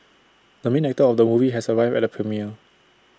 the main actor of the movie has arrived at the premiere